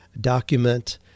document